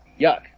yuck